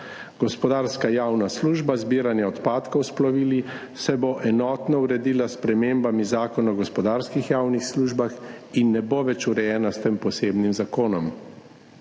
Gospodarska javna služba zbiranja odpadkov s plovil se bo enotno uredila s spremembami Zakona o gospodarskih javnih službah in ne bo več urejena s tem posebnim zakonom.